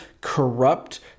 corrupt